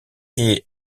est